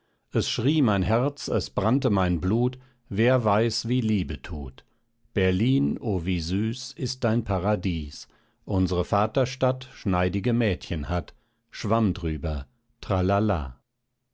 es schrie mein herz es brannte mein blut wer weiß wie liebe tut berlin o wie süß ist dein paradies unsere vaterstadt schneidige mädchen hat schwamm drüber tralala